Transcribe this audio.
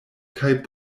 kaj